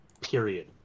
period